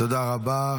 תודה רבה.